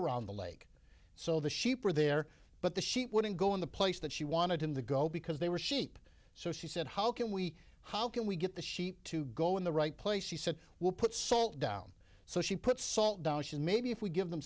around the lake so the sheep were there but the sheep wouldn't go in the place that she wanted him to go because they were sheep so she said how can we how can we get the sheep to go in the right place she said we'll put salt down so she put salt down maybe if we give them